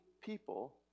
people